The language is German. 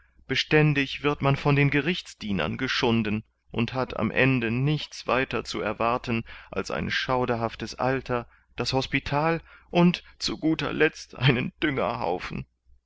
beständig wird man von den gerichtsdienern geschunden und hat am ende nichts weiter zu erwarten als ein schauderhaftes alter das hospital und zu guter letzt einen